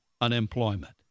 unemployment